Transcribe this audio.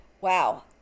wow